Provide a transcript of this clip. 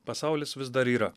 pasaulis vis dar yra